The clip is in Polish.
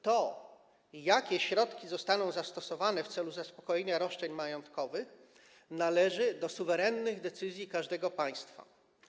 To, jakie środki zostaną zastosowane w celu zaspokojenia roszczeń majątkowych, należy do suwerennych decyzji każdego państwa.